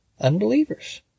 unbelievers